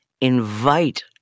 invite